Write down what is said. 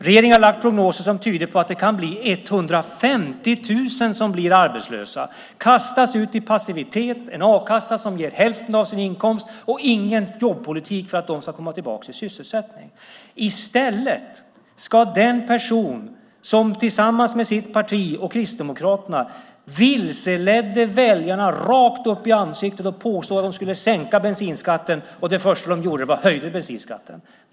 Regeringen har gjort prognoser som tyder på att det kan bli 150 000 som blir arbetslösa, kastas ut i passivitet, i en a-kassa som ger hälften av ens inkomst. Ingen jobbpolitik finns för att de ska komma tillbaka till sysselsättning. I stället har vi här den person som tillsammans med sitt parti och Kristdemokraterna vilseledde väljarna rakt upp i ansiktet och påstod att de skulle sänka bensinskatten. Det första de gjorde var att höja bensinskatten.